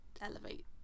elevate